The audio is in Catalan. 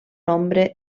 nombre